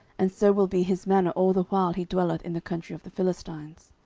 and so will be his manner all the while he dwelleth in the country of the philistines.